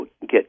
get